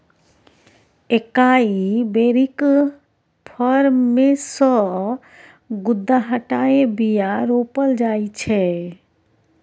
एकाइ बेरीक फर मे सँ गुद्दा हटाए बीया रोपल जाइ छै